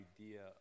idea